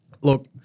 look